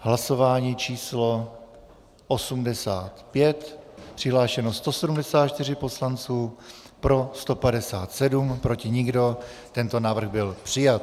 Hlasování číslo 85, přihlášeno 174 poslanců, pro 157, proti nikdo, tento návrh byl přijat.